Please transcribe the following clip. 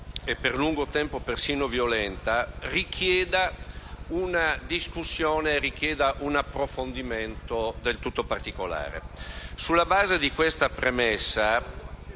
e per lungo tempo persino violenta, richieda una discussione e un approfondimento del tutto particolari. Sulla base di questa premessa,